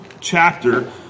chapter